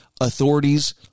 authorities